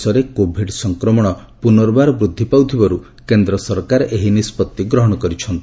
ଦେଶରେ କୋଭିଡ୍ ସଂକ୍ରମଣ ପୁନର୍ବାର ବୃଦ୍ଧି ପାଉଥିବାରୁ କେନ୍ଦ୍ର ସରକାର ଏହି ନିଷ୍ପଭି ଗ୍ରହଣ କରିଛନ୍ତି